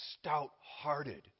stout-hearted